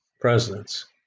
presidents